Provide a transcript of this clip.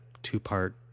two-part